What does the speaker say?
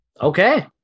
Okay